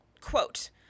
quote